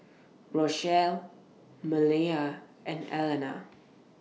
Rochelle Maleah and Allena